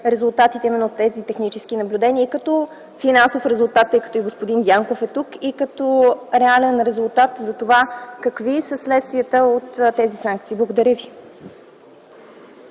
резултатите от тези технически наблюдения като финансов резултат, тъй като господин Дянков е тук? Като реален резултат какви са следствията от тези санкции? Благодаря.